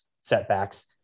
setbacks